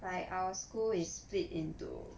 like our school is split into